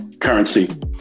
currency